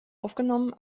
aufgenommen